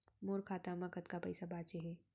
मोर खाता मा कतका पइसा बांचे हे?